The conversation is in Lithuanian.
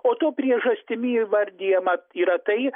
o to priežastimi įvardijama yra tai